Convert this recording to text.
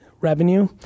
revenue